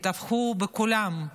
כי טבחו בכולם,